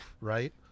right